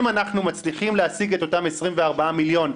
אם אנחנו מצליחים להשיג את אותם 24 מיליון,